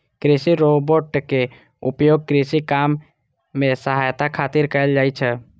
कृषि रोबोट के उपयोग कृषि काम मे सहायता खातिर कैल जाइ छै